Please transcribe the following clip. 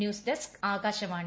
news desk Akashvani